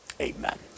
Amen